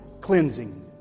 cleansing